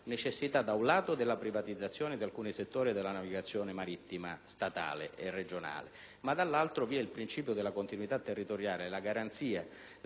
necessità della privatizzazione di alcuni settori della navigazione marittima statale e regionale; vi è però il principio della continuità territoriale e la necessità